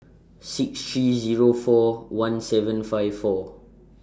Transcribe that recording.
six three Zero four one seven five four